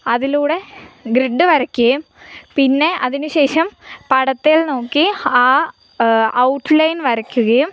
അതിലൂടെ ഗ്രിഡ്ഡ് വരയ്ക്കുകയും പിന്നെ അതിനുശേഷം പടത്തേൽ നോക്കി ആ ഔട്ട്ലൈൻ വരയ്ക്കുകയും